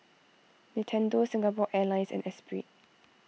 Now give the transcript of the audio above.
Nintendo Singapore Airlines and Esprit